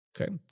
Okay